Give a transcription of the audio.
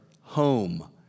home